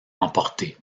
emporté